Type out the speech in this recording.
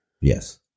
Yes